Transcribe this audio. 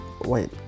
wait